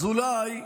אז אולי,